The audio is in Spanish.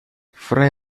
fray